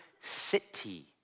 city